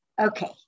Okay